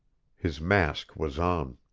his mask was on.